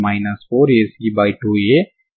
కాబట్టి మీరు దీన్ని ఎలా చేస్తారు